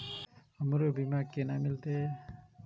हमरो बीमा केना मिलते?